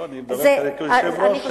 לא, אני מדבר כיושב-ראש, אני מדבר על כולם.